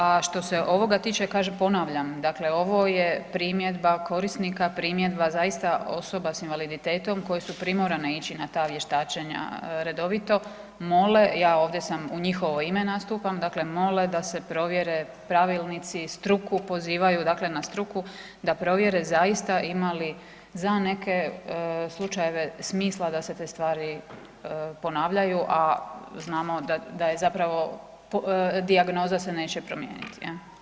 A što se ovoga tiče ponavljam, dakle ovo je primjedba korisnika, primjedba osoba s invaliditetom koji su primorane ići na ta vještačenja redovito mole, ja ovdje u njihovo ime nastupam, dakle mole da se provjere pravilnici, struku pozivaju dakle na struku da provjere zaista ima li za neke slučajeve smisla da se te stvari ponavljaju, a znamo da se dijagnoza neće promijeniti.